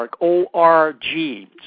O-R-G